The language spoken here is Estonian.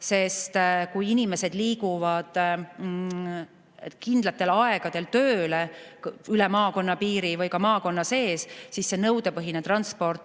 sest kui inimesed liiguvad kindlatel aegadel tööle üle maakonna piiri või ka maakonna sees, siis on nõudepõhine transport